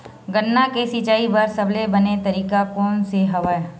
गन्ना के सिंचाई बर सबले बने तरीका कोन से हवय?